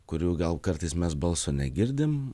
kurių gal kartais mes balso negirdim